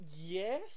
yes